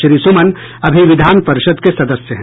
श्री सुमन अभी विधान परिषद् के सदस्य हैं